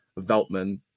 Veltman